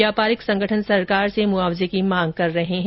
व्यापारिक संगठन सरकार से मुआवजे की मांग कर रहे हैं